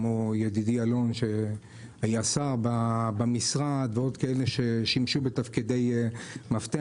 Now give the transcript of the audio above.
כמו ידידי אלון שהיה שר במשרד ועוד כאלה ששימשו שם בתפקידי מפתח.